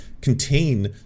contain